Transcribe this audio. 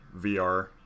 VR